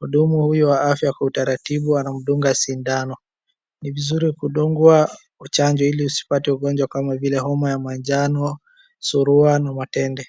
Mhudumu huyu wa afya kwa utaratibu anamdunga sindano. Ni vizuri kudungwa chanjo ili usipate ugonjwa kama vile homa ya manjano, surua na matende.